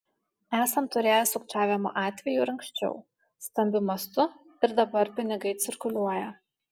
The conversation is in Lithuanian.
esam turėję sukčiavimo atvejų ir anksčiau stambiu mastu ir dabar pinigai cirkuliuoja